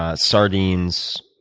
ah sardines,